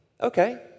okay